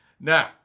Now